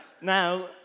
Now